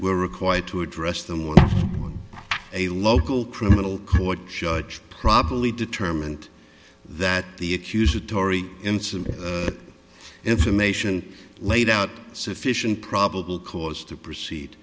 were required to address them with a local criminal court judge probably determined that the accusatory instrument information laid out sufficient probable cause to proceed